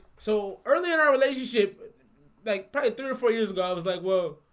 so early in our relationship like four years ago. i was like well